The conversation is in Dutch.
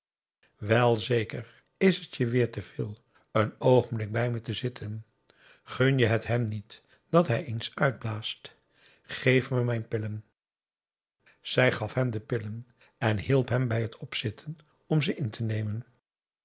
wel zeker is het je weêr te veel een oogenblik bij me te zitten gun je het hem niet dat hij eens uitblaast geef me mijn pillen zij gaf hem de pillen en hielp hem bij het opzitten om ze in te nemen